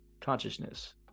consciousness